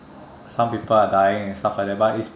some people are dying and stuff like that but it's